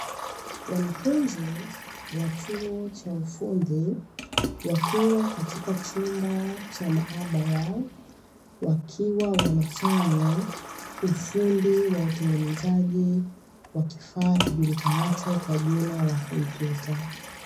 Wanafunzi wa chuo cha ufundi wakiwa katika chumba cha maabara, wakiwa wanafanya ufundi wa utengenezaji wa kifaa kijulikanacho kwa jina la kompyuta.